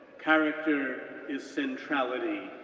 character is centrality,